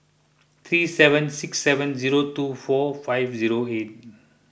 three seven six seven zero two four five zero eight